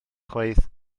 chwaith